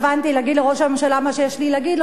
התכוונתי להגיד לראש הממשלה מה שיש להגיד לו,